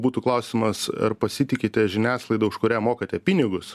būtų klausimas ar pasitikite žiniasklaida už kurią mokate pinigus